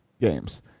games